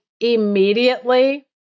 immediately